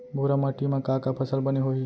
भूरा माटी मा का का फसल बने होही?